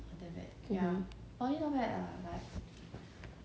mmhmm